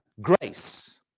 grace